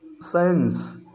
Science